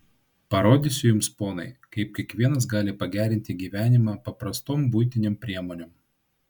parodysiu jums ponai kaip kiekvienas gali pagerinti gyvenimą paprastom buitinėm priemonėm